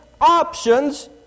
options